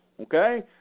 okay